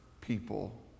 people